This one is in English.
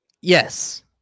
Yes